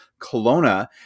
Kelowna